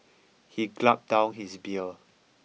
he gulped down his beer